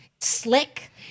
slick